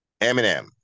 Eminem